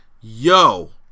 Yo